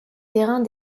terrains